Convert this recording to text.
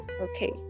okay